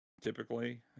typically